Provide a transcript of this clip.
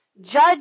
Judge